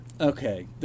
Okay